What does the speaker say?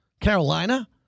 Carolina